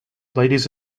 ladies